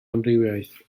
amrywiaeth